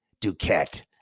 Duquette